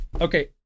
Okay